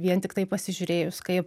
vien tiktai pasižiūrėjus kaip